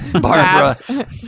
Barbara